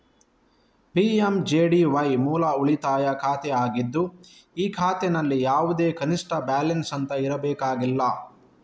PMJDY ಮೂಲ ಉಳಿತಾಯ ಖಾತೆ ಆಗಿದ್ದು ಈ ಖಾತೆನಲ್ಲಿ ಯಾವುದೇ ಕನಿಷ್ಠ ಬ್ಯಾಲೆನ್ಸ್ ಅಂತ ಇರಬೇಕಾಗಿಲ್ಲ